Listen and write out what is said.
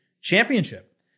championship